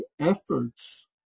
efforts